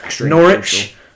Norwich